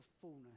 fullness